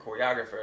choreographer